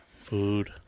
Food